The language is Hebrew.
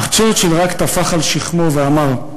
אך צ'רצ'יל רק טפח על שכמו ואמר: